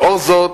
לאור זאת,